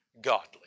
godly